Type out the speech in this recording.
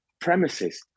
premises